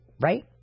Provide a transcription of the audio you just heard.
right